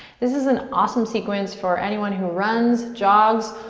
this is an awesome sequence for anyone who runs, jogs,